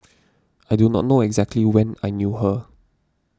I do not know exactly when I knew her